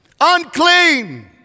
Unclean